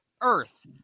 earth